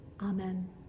Amen